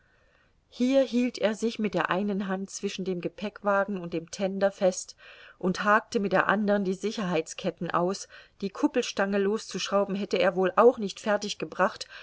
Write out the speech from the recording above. hier hielt er sich mit der einen hand zwischen dem gepäckwagen und dem tender fest und hakte mit der andern die sicherheitsketten aus die kuppelstange